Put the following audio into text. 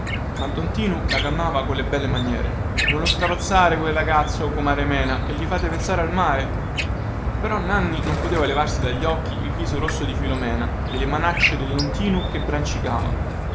ma don tinu la calmava con belle maniere non lo strapazzate quel ragazzo comare mena chè gli fate pensare al male però nanni non poteva levarsi dagli occhi il viso rosso di filomena e le manacce di don tinu che